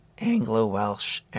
Anglo-Welsh